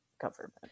government